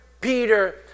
Peter